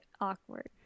awkward